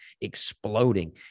exploding